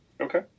Okay